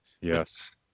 Yes